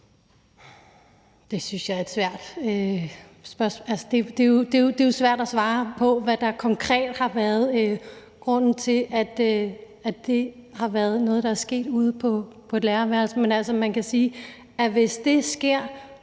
at svare på. Det er jo svært at svare på, hvad der konkret har været grunden til, at det har været noget, der er sket ude på et lærerværelse. Men altså, man kan sige, at hvis det sker,